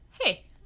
Hey